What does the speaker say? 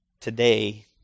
today